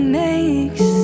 makes